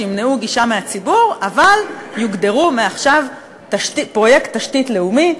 שימנעו גישה מהציבור אבל יוגדרו מעכשיו פרויקט תשתית לאומי,